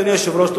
אדוני היושב-ראש,